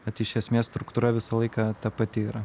bet iš esmės struktūra visą laiką ta pati yra